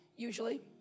Usually